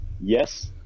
yes